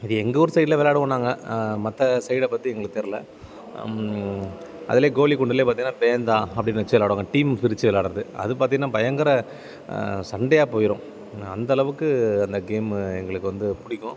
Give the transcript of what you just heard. இது எங்கள் ஊர் சைட்டுல விளாடுவோம் நாங்கள் மற்ற சைடை பற்றி எங்களுக்கு தெரில அதிலயே கோலிகுண்டுல பார்த்திங்கனா பேந்தா அப்படின்னு வச்சு விளாடுவோம் டீம் பிரித்து விளயாட்றது அது பார்த்திங்கனா பயங்கர சண்டையாக போயிடும் ஏன்னா அந்தளவுக்கு அந்த கேம் எங்களுக்கு வந்து பிடிக்கும்